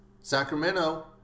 Sacramento